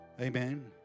Amen